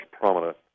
prominent